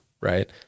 Right